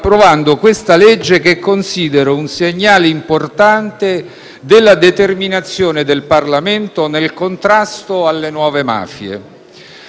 provvedimento in esame che considero un segnale importante della determinazione del Parlamento nel contrasto alle nuove mafie.